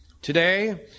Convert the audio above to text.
Today